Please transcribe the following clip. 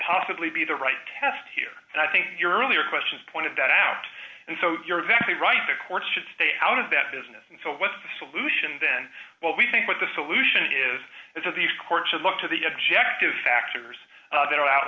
possibly be the right test here and i think your earlier questions pointed that out and so you're exactly right the courts should stay out of that business and so what's the solution then what we think what the solution is is that the court should look to the objective factors that are out